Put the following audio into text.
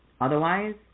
otherwise